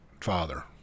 father